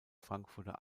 frankfurter